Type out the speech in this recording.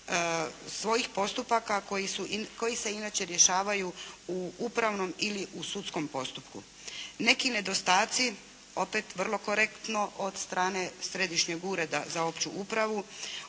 svojih postupaka koji se inače rješavaju u upravnom ili u sudskom postupku. Neki nedostaci opet vrlo korektno od strane Središnjeg ureda za opću upravu